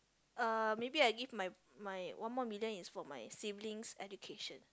uh maybe I give my my one more million is for my siblings' education